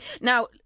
Now